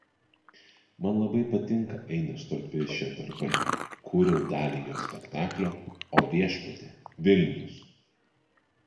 man labai patinka ainio storpirščio darbai kūriau dalį jo spektaklio o viešpatie vilnius